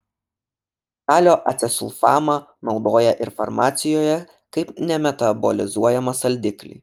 kalio acesulfamą naudoja ir farmacijoje kaip nemetabolizuojamą saldiklį